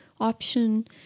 option